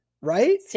right